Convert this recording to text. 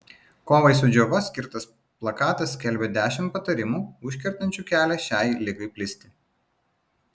kovai su džiova skirtas plakatas skelbia dešimt patarimų užkertančių kelią šiai ligai plisti